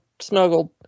snuggled